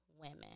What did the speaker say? women